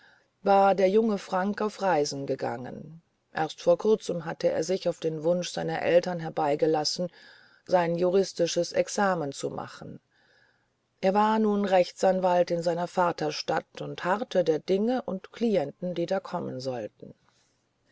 war der junge frank auf reisen gegangen erst vor kurzem hatte er sich auf wunsch seiner eltern herbeigelassen sein juristisches examen zu machen er war nun rechtsanwalt in seiner vaterstadt und harrte der dinge und klienten die da kommen sollten